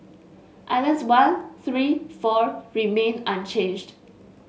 islands one three four remained unchanged